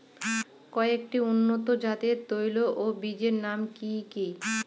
কয়েকটি উন্নত জাতের তৈল ও বীজের নাম কি কি?